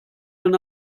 man